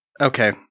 Okay